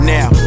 Now